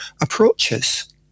approaches